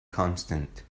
constant